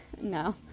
No